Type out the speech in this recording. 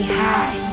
high